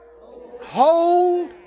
Hold